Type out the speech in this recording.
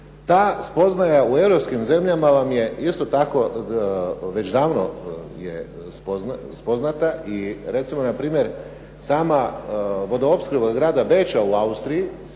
Ta spoznaja u Europskim zemljama je isto tako već davno spoznata i recimo na primjer sama opskrba grada Beča u Austriji